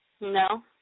No